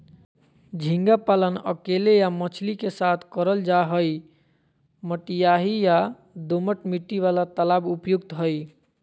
झींगा पालन अकेले या मछली के साथ करल जा हई, मटियाही या दोमट मिट्टी वाला तालाब उपयुक्त हई